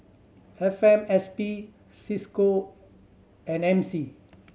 F M S P Cisco and M C